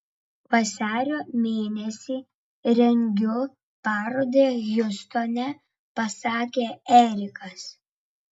vasario mėnesį rengiu parodą hjustone pasakė erikas